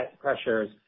pressures